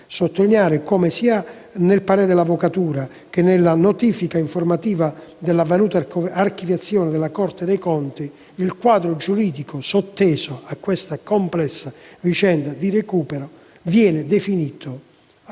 sottolineare come, sia nel parere dell'Avvocatura generale dello Stato che nella notifica informativa di avvenuta archiviazione della Corte dei conti, il quadro giuridico sotteso a questa complessa vicenda di recupero viene definito, per